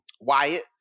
wyatt